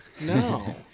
No